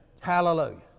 Hallelujah